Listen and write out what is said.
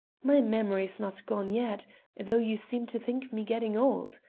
my memory is not gone yet, though you seem to think me getting old.